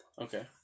Okay